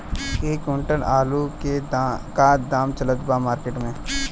एक क्विंटल आलू के का दाम चलत बा मार्केट मे?